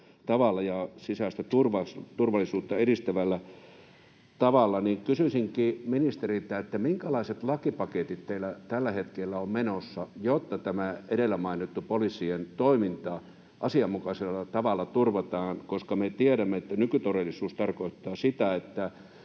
ja sisäistä turvallisuutta edistävällä tavalla. Kysyisinkin ministeriltä: Minkälaiset lakipaketit teillä tällä hetkellä ovat menossa, jotta tämä edellä mainittu poliisien toiminta asianmukaisella tavalla turvataan? Kun me tiedämme, että nykytodellisuus tarkoittaa sitä, että